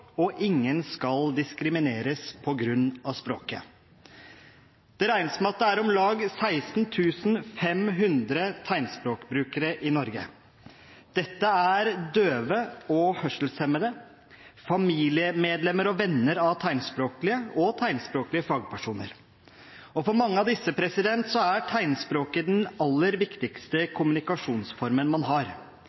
og at ingen skal diskrimineres på grunn av språket». Det regnes med at det er om lag 16 500 tegnspråkbrukere i Norge. Dette er døve og hørselshemmede, familiemedlemmer og venner av tegnspråklige og tegnspråklige fagpersoner. For mange av disse er tegnspråket den aller viktigste kommunikasjonsformen man har.